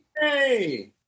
hey